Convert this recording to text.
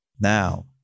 now